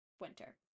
Winter